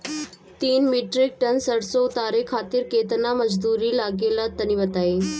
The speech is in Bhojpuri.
तीन मीट्रिक टन सरसो उतारे खातिर केतना मजदूरी लगे ला तनि बताई?